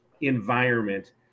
environment